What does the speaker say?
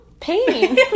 pain